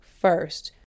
First